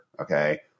okay